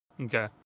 Okay